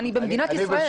אני במדינת ישראל.